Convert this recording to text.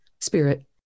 spirit